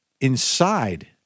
inside